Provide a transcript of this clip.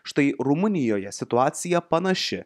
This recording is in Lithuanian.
štai rumunijoje situacija panaši